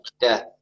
death